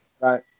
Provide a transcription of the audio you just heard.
Right